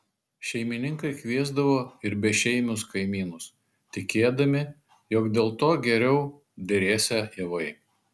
šeimininkai kviesdavo ir bešeimius kaimynus tikėdami jog dėl to geriau derėsią javai